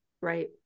right